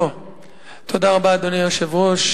אדוני היושב-ראש,